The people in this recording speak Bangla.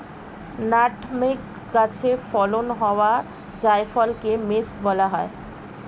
নাটমেগ গাছে ফলন হওয়া জায়ফলকে মেস বলা হয়